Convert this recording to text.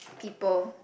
people